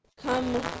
come